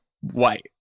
white